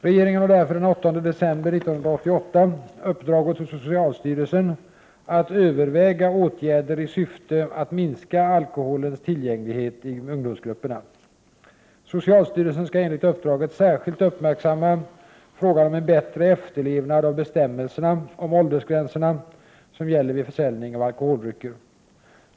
Regeringen har därför den 8 september 1988 uppdragit åt socialstyrelsen att överväga åtgärder i syfte att minska alkoholens tillgänglighet för ungdomsgrupperna. Socialstyrelsen skall enligt uppdraget särskilt uppmärksamma frågan om en bättre efterlevnad av bestämmelserna om de åldersgränser som gäller vid försäljning av alkoholdrycker.